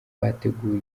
abateguye